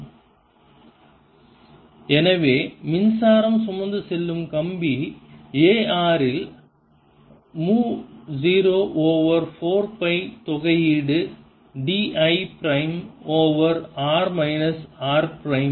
adl|r r|0I4πdl|r r| எனவே மின்சாரம் சுமந்து செல்லும் கம்பி A r இல் மு 0 ஓவர் 4 பை தொகையீடு d l prime over r minus minus r prime